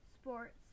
sports